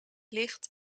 licht